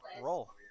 roll